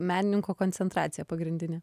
menininko koncentracija pagrindinė